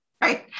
Right